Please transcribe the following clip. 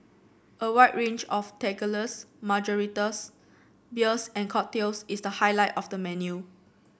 a wide range of tequilas margaritas beers and cocktails is the highlight of the menu